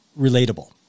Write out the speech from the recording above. relatable